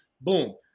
Boom